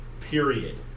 period